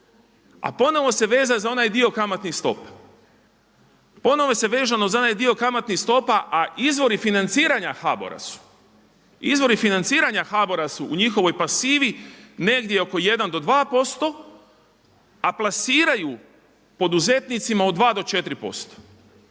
A ponovo se veže za onaj dio kamatnih stopa, ponovo se veže za onaj dio kamatnih stopa a izvori financiranja HBOR-a su u njihovoj pasivi negdje oko 1 do 2%, a plasiraju poduzetnicima od 2 do 4%.